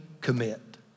commit